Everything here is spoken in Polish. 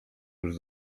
już